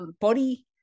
body